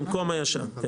במקום הישן.